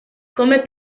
come